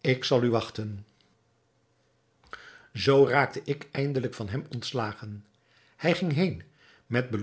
ik zal u wachten zoo raakte ik eindelijk van hem ontslagen hij ging heen met